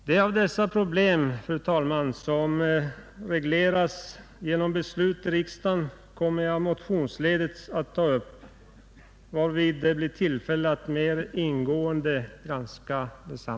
De av dessa problem, fru talman, som kan regleras genom beslut i riksdagen, kommer jag motionsledes att ta upp, varvid det blir tillfälle att mera ingående granska dem.